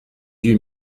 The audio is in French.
huit